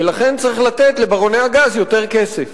ולכן צריך לתת לברוני הגז יותר כסף.